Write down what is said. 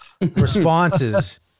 responses